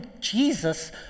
Jesus